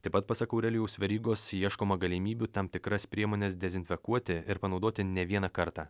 taip pat pasak aurelijaus verygos ieškoma galimybių tam tikras priemones dezinfekuoti ir panaudoti ne vieną kartą